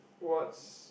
what's